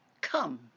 come